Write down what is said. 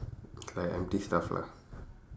like empty stuff lah